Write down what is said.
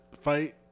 fight